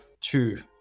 two